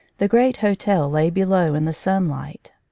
the great hotel lay below in the sunlight.